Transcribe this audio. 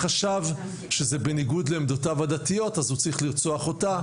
חשב שזה בניגוד לעמדותיו הדתיות אז הוא צריך לרצוח אותה,